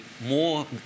more